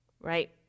Right